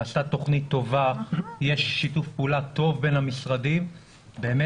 שר העבודה, הרווחה והשירותים החברתיים, איציק